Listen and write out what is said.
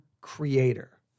creator